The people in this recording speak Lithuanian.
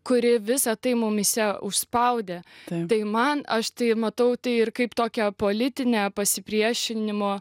kuri visa tai mumyse užspaudė tai man aš tai matau tai ir kaip tokią politinę pasipriešinimo